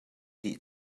dih